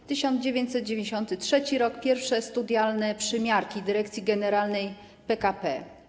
W 1993 r. pierwsze studialne przymiarki Dyrekcji Generalnej PKP.